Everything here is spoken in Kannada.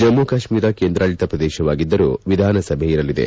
ಜಮ್ಮು ಕಾಶ್ಮೀರ ಕೇಂದ್ರಾಡಳಿತ ಪ್ರದೇಶವಾಗಿದ್ದರೂ ವಿಧಾನಸಭೆ ಇರಲಿದೆ